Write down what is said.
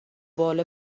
بال